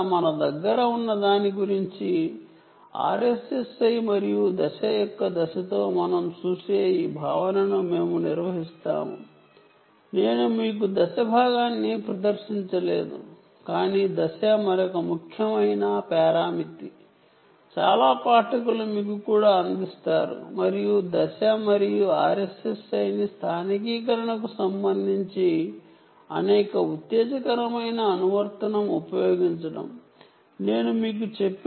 మన దగ్గర ఉన్న RSSI మరియు ఫేజ్ భావనల పరంగా నేను మీకు ఫేజ్ భాగాన్ని ప్రదర్శించలేదు కాని ఫేజ్ మరొక ముఖ్యమైన పరామితి చాలా రీడర్స్ మీకు అందిస్తారు మరియు ఫేజ్ మరియు RSSI ను లోకలైజషన్ కు సంబంధించిన అనేక ఉత్తేజకరమైన అప్లికేషన్ సాధ్యమవుతాయి